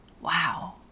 Wow